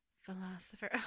philosopher